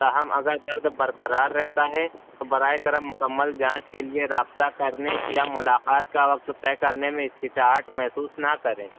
تاہم اگر درد برقرار رہتا ہے تو برائے کرم مکمل جانچ کے لیے رابطہ کرنے یا ملاقات کا وقت طے کرنے میں ہچکچاہٹ محسوس نہ کریں